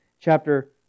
chapter